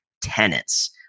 tenants